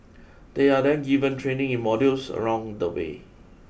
they are then given training in modules along the way